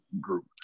group